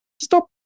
Stop